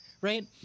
right